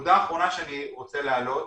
ונקודה אחרונה שאני רוצה להעלות